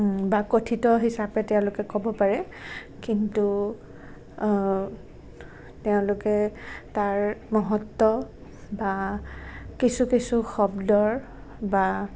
বা কথিত হিচাপে তেওঁলোকে ক'ব পাৰে কিন্তু তেওঁলোকে তাৰ মহত্ব বা কিছু কিছু শব্দৰ বা